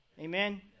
Amen